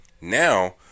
Now